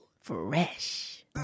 fresh